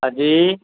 ਹਾਂਜੀ